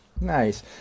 Nice